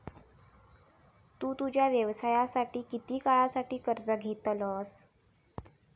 तु तुझ्या व्यवसायासाठी किती काळासाठी कर्ज घेतलंस?